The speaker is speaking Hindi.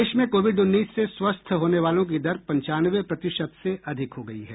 देश में कोविड उन्नीस से स्वस्थ होने वालों की दर पंचानवे प्रतिशत से अधिक हो गई है